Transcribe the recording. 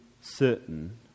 certain